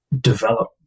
develop